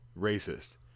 racist